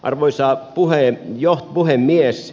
arvoisa puhemies